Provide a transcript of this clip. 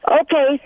Okay